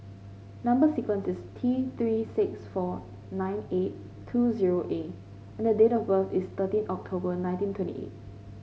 number sequence is T Three six four nine eight two zero A and the date of birth is thirteen October nineteen twenty eight